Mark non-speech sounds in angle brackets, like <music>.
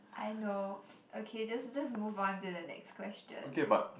I know <noise> okay just just move on to the next question